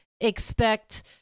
expect